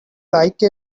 like